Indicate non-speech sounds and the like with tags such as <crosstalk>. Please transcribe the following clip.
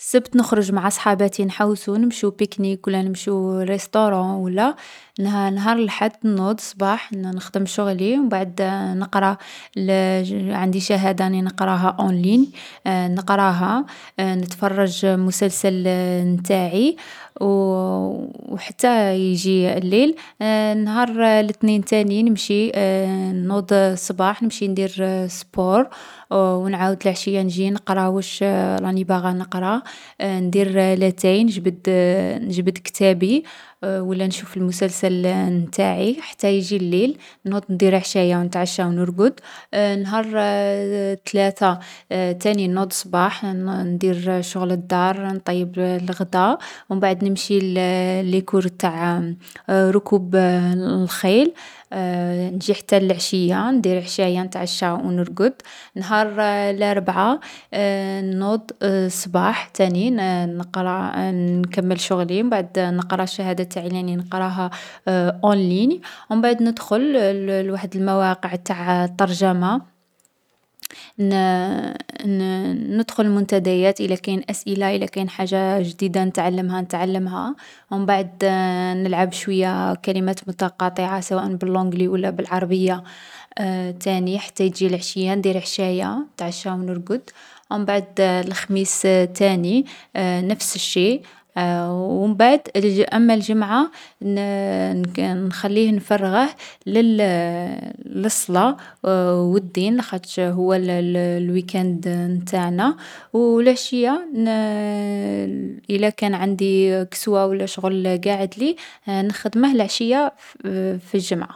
﻿السبت نخرج معا صحاباتي نحوسو نمشو بيكنيك و لا نمشو ريسطورون ولا. نهار الحد نوض الصباح نخدم شغلي و مبعد نقرا، <hesitation> عندي شهادة راني نقراها اونلين نقراها. نتفرج نتفرج المسلسل تاعي، <hesitation> حتى يجي الليل. نهار الاثنين تاني نمشي <hesitation> نوض الصباح نمشي ندير سبور. و نعاود لعشية نجي نقرا واش راني باغا نقرا، ندير لاتاي، نجبد <hesitation> نجبد كتابي و لا نشوف مسلسل نتاعي حتى يجي الليل، نوض ندير عشايا نتعشى و نرقد. نهار <hesitation> الثلاثا، ثاني نوض الصباح نـ ندير شغل الدار، نطيب الغدا و مبعد نمشي للـ ليكور تاع ركوب الخيل، <hesitation> نجي حتى العشية ندير عشايا نتعشى و نرقد. نهار لاربعا، نوض الصباح تاني نقرا نكمل شغلي و مبعد نقرا الشهادة نتاعي لي راني نقراها اونلين، و مبعد ندخل لوحد المواقع تاع الترجمة <hesitation> ندخل للمنتديات إلى كاين أسئلة إلا ماين حاجة جديدة نتعلمها نتعلمها، وبعد نلعب شوية كلمات متقاطعة سواء بالانجلي ولا بالعربية تاني حتى يجي العشية ندير عشايا نتعشى ونرقد. مبعد الخميس تاني، نفس الشي، ومبعد أما الجمعة ن-نخليه نفرغه ل- للصلاة و الدين، على خاطرش هو الويكند تاعنا والعشية <hesitation> الا كان عندي كسوة ولا شغل قاعد لي، نخدمه العشية في الجمعة.